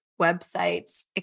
websites